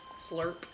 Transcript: Slurp